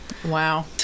Wow